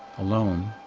alone,